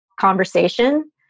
conversation